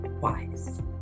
wise